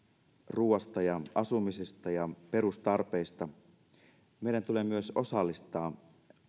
ruuasta ja asumisesta ja perustarpeista meidän tulee myös osallistaa